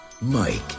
Mike